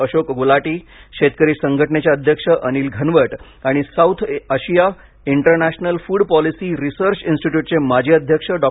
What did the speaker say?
अशोक गुलाटी शेतकरी संघटनेचे अध्यक्ष अनिल घनवट आणि South Asia International Food Policy Research इंस्टीट्यूटचे माजी अध्यक्ष डॉ